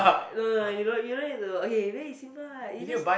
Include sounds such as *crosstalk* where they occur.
*noise* no no you don't you don't need to okay very simple ah you just